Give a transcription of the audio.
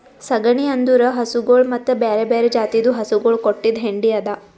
ಸಗಣಿ ಅಂದುರ್ ಹಸುಗೊಳ್ ಮತ್ತ ಬ್ಯಾರೆ ಬ್ಯಾರೆ ಜಾತಿದು ಹಸುಗೊಳ್ ಕೊಟ್ಟಿದ್ ಹೆಂಡಿ ಅದಾ